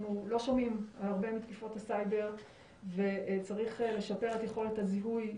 שאנחנו לא שומעים הרבה מתקיפות הסייבר וצריך לשפר את יכולת הזיהוי,